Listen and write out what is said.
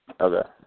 Okay